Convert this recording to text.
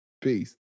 peace